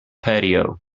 patio